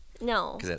no